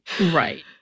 Right